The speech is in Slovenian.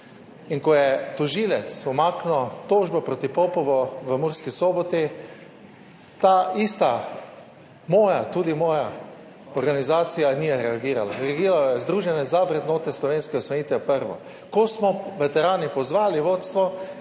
in ko je tožilec umaknil tožbo proti Popovu v Murski Soboti, ta ista, moja, tudi moja, organizacija ni reagirala. Reagiralo je Združenje za vrednote slovenske osamosvojitve prvo. Ko smo veterani pozvali vodstvo,